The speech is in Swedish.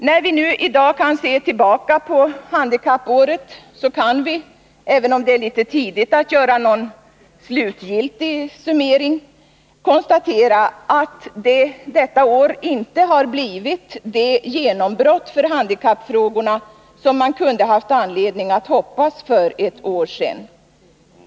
När vi i dag ser tillbaka på handikappåret kan vi, även om det är litet tidigt att göra någon slutgiltig summering, konstatera att detta år inte har blivit det genombrottsår för handikappfrågorna som man kunde ha haft anledning att hoppas på för ett år sedan.